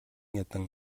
ядан